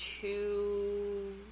two